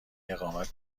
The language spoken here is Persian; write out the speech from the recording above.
اقامت